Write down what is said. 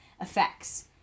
effects